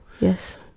Yes